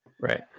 Right